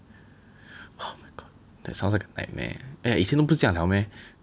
oh my god that sounds like a nightmare and 以前不是这样了 meh